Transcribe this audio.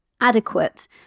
adequate